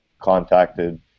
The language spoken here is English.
contacted